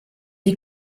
die